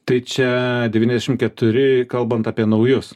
tai čia devyniasdešim keturi kalbant apie naujus